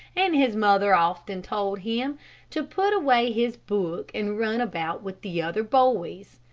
and his mother often told him to put away his book and run about with the other boys.